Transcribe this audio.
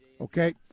Okay